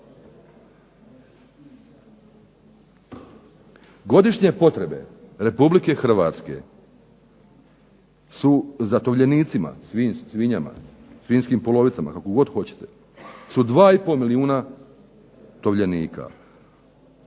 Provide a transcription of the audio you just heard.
Godišnje potrebe Republike Hrvatske su zatovljenicima, svinjama, svinjskim polovicama, kako god hoćete, su 2 i pol milijuna tovljenika.